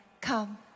come